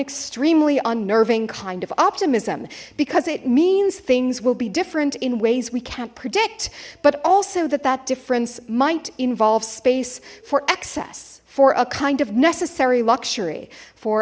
extremely unnerving kind of optimism because it means things will be different in ways we can't predict but also that that difference might involve space for excess for a kind of necessary luxury for